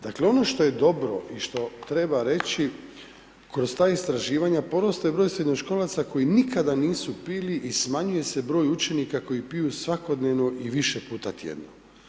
Dakle, ono što je dobro i što treba reći kroz ta istraživanja porastao je broj srednjoškolaca koji nikada nisu pili i smanjuje se broj učenika koji piju svakodnevno i više puta tjedno.